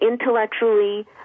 intellectually